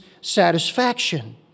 satisfaction